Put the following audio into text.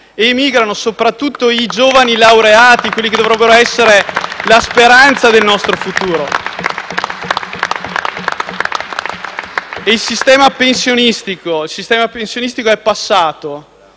Emigrano soprattutto i giovani laureati, che dovrebbero essere la speranza del nostro futuro. Il sistema pensionistico è passato